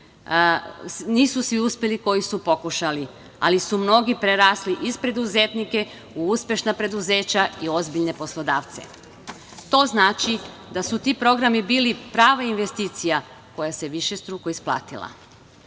nisu svi uspeli koji su pokušali, ali su mnogi prerasli iz preduzetnika u uspešna preduzeća i ozbiljne poslodavce. To znači da su ti programi bili prava investicija koja se višestruko isplatila. Ovi